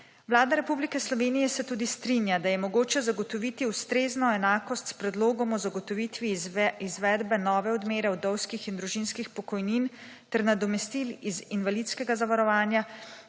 Vlada Republike Slovenije se tudi strinja, da je mogoče zagotoviti ustrezno enakost s predlogom o zagotovitvi izvedbe nove odmere vdovskih in družinskih pokojnin ter nadomestil iz invalidskega zavarovanja,